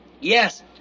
Yes